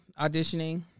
auditioning